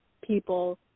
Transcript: people